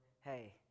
hey